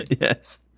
Yes